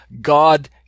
God